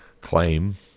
claim